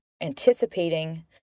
anticipating